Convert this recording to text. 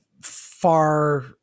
far